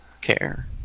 care